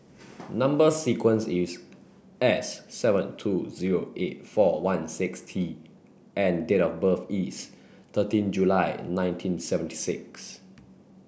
number sequence is S seven two zero eight four one six T and date of birth is thirteen July nineteen seventy six